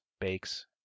bakes